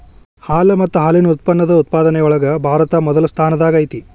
ಹಾಲು ಮತ್ತ ಹಾಲಿನ ಉತ್ಪನ್ನದ ಉತ್ಪಾದನೆ ಒಳಗ ಭಾರತಾ ಮೊದಲ ಸ್ಥಾನದಾಗ ಐತಿ